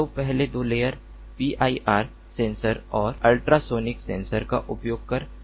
तो पहले 2 layer PIR sensor और अल्ट्रासोनिक सेंसर का उपयोग कर संवेदन कर रहे हैं